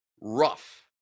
rough